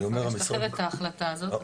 אני זוכרת את ההחלטה הזאת,